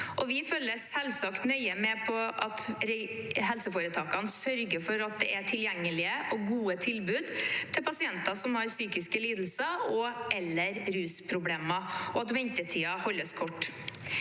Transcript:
Vi følger selvsagt nøye med på at helseforetakene sørger for at det er tilgjengelige og gode tilbud til pasienter som har psykiske lidelser og/eller rusproblemer, og at ventetidene holdes korte.